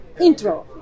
intro